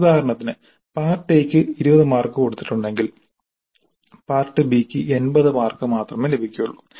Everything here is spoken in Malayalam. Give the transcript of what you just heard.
ഉദാഹരണത്തിന് പാർട്ട് എയ്ക്ക് 20 മാർക്ക് കൊടുത്തിട്ടുണ്ടെങ്കിൽ പാർട്ട് ബിക്ക് 80 മാർക്ക് മാത്രമേ ലഭിക്കുള്ളൂ